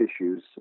issues